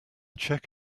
check